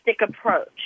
approach